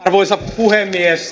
arvoisa puhemies